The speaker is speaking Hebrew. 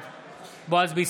בעד בועז ביסמוט,